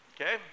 Okay